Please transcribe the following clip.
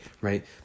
right